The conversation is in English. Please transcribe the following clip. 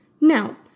Now